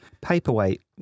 Paperweight